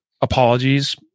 apologies